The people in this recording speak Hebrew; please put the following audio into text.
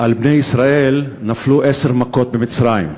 על בני ישראל נפלו עשר מכות במצרים,